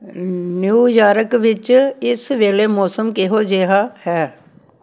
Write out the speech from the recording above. New York ਵਿੱਚ ਇਸ ਵੇਲੇ ਮੌਸਮ ਕਿਹੋ ਜਿਹਾ ਹੈ